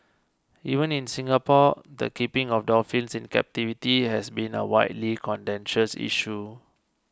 even in Singapore the keeping of dolphins in captivity has been a widely contentious issue